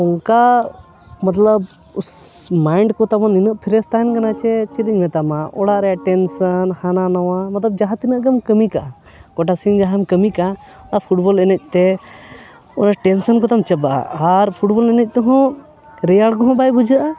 ᱚᱱᱠᱟ ᱢᱚᱛᱞᱚᱵ ᱢᱟᱭᱤᱱᱰ ᱠᱚ ᱛᱟᱵᱚᱱ ᱱᱤᱱᱟᱹᱜ ᱯᱷᱨᱮᱥ ᱛᱟᱦᱮᱱ ᱠᱟᱱᱟ ᱡᱮ ᱪᱮᱫ ᱤᱧ ᱢᱮᱛᱟᱢᱟ ᱚᱲᱟᱜ ᱨᱮ ᱴᱮᱱᱥᱮᱱ ᱦᱟᱱᱟ ᱱᱟᱣᱟ ᱢᱚᱛᱚᱵ ᱡᱟᱦᱟᱸ ᱛᱤᱱᱟᱹᱜ ᱜᱮᱢ ᱠᱟᱹᱢᱤ ᱠᱟᱜᱼᱟ ᱜᱚᱴᱟ ᱥᱤᱝ ᱡᱟᱦᱟᱸᱢ ᱠᱟᱹᱢᱤ ᱠᱟᱜᱼᱟ ᱚᱱᱟ ᱯᱷᱩᱴᱵᱚᱞ ᱮᱱᱮᱡ ᱛᱮ ᱚᱱᱮ ᱴᱮᱱᱥᱮᱱ ᱠᱚᱛᱮᱢ ᱪᱟᱵᱟᱜᱼᱟ ᱟᱨ ᱯᱷᱩᱴᱵᱚᱞ ᱮᱱᱮᱡ ᱛᱮᱦᱚᱸ ᱨᱮᱭᱟᱲ ᱠᱚᱦᱚᱸ ᱵᱟᱭ ᱵᱩᱡᱷᱟᱹᱜᱼᱟ